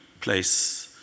place